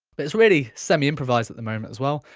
but it's really semi improvised at the moment as well.